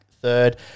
third